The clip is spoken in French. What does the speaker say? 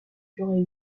durer